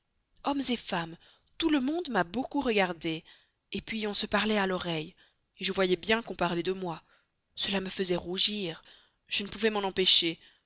hommes femmes tout le monde m'a beaucoup regardée puis on se parlait à l'oreille je voyais bien qu'on parlait de moi cela me faisait rougir je ne pouvais m'en empêcher